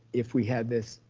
if we had this